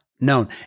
known